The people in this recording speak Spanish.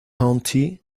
county